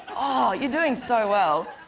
oh! you're doing so well.